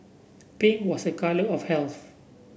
pink was a colour of health